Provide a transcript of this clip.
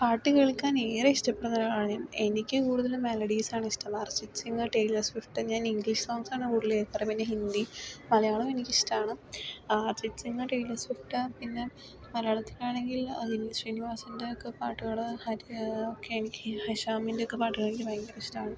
പാട്ട് കേൾക്കാൻ ഏറെ ഇഷ്ടപ്പെടുന്ന ഒരാളാണ് ഞാൻ എനിക്ക് കൂടുതലും മേലോഡീസാണ് ഇഷ്ടം ആർജിത് സിങ് ടൈലർ സ്വിഫ്റ്റ് ഞാൻ ഇംഗ്ലീഷ് സോങ്സാണ് കൂടുതൽ കേൾക്കാറ് പിന്നെ ഹിന്ദി മലയാളവും എനിക്ക് ഇഷ്ടമാണ് ആർജിത് സിങ് ടൈലർ സ്വിഫ്റ്റ് പിന്നെ മലയാളത്തിലാണെങ്കിൽ വിനീത് ശ്രീനിവാസൻ്റെ ഒക്കെ പാട്ടുകൾ ഹരി എനിക്ക് ഹരി ശാമിൻ്റെ പാട്ടുകൾ ഒക്കെ ഭയങ്കര ഇഷ്ടമാണ്